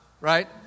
right